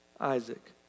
Isaac